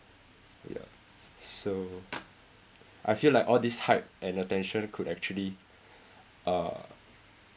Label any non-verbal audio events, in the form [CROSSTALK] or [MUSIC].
ya so [NOISE] I feel like all this hype and attention could actually [BREATH] uh